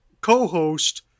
co-host